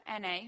Na